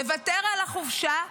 לוותר על החופשה,